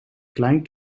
klein